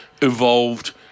evolved